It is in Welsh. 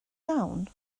iawn